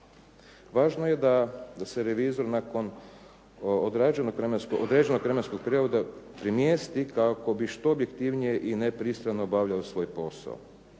Važno je da se revizor nakon određenog vremenskog perioda premjesti kako bi što objektivnije i nepristrano obavljao svoj posao.